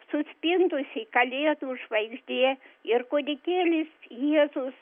suspindusi kalėdų žvaigždė ir kūdikėlis jėzus